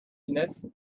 lunettes